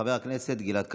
חבר הכנסת גלעד קריב.